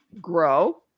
grow